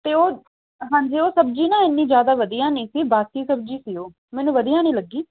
ਅਤੇ ਉਹ ਹਾਂਜੀ ਉਹ ਸਬਜ਼ੀ ਨਾ ਇੰਨੀ ਜ਼ਿਆਦਾ ਵਧੀਆ ਨਹੀਂ ਸੀ ਬਾਸੀ ਸਬਜ਼ੀ ਸੀ ਓਹ ਮੈਨੂੰ ਵਧੀਆ ਨਹੀਂ ਲੱਗੀ